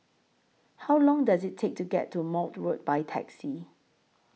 How Long Does IT Take to get to Maude Road By Taxi